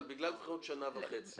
אבל בגלל הבחירות זה שנה וחצי.